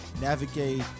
navigate